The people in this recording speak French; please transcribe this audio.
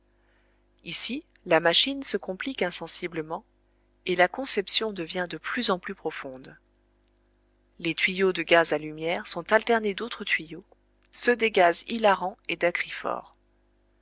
ici la machine se complique insensiblement et la conception devient de plus en plus profonde les tuyaux de gaz à lumière sont alternés d'autres tuyaux ceux des gaz hilarants et dacryphores